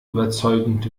überzeugend